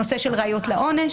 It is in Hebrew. הנושא של ראיות לעונש